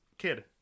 kid